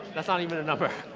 that's not even a number.